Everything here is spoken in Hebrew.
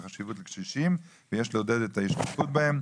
החשיבות לקשישים ויש לעודד את ההשתתפות בהם.